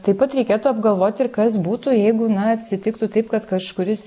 taip pat reikėtų apgalvoti ir kas būtų jeigu na atsitiktų taip kad kažkuris